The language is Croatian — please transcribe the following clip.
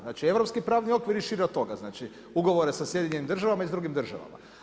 Znači europski pravni okvir i šire od toga, znači ugovore sa SAD-om i sa drugim državama.